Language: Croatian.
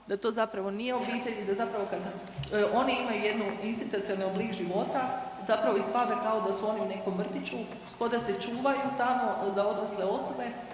da to zapravo nije obitelj i da zapravo kada oni imaju jednu institucionalni oblik života, zapravo ispada kao da su oni u nekom vrtiću, kao da se čuvaju tamo za odrasle osobe,